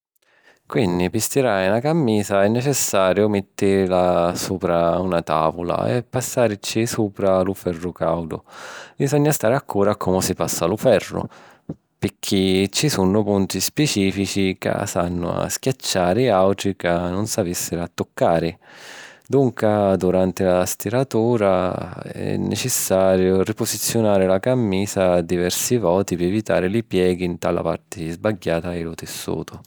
Quinni, pi stirari na cammisa, è necessariu mittìrila supra una tavula e passaricci supra lu ferru càudu. Bisogna stari accura a comu si passa lu ferru, picchì ci su’ punti spicìfici ca s’hannu a scacciari e àutri ca nun s’avìssiru a tuccari. Dunca, duranti la stiratura, è necessariu ripusiziunari la cammisa diversi voti pi evitari li pieghi nta la parti sbagghiata di lu tissutu.